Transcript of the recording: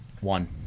One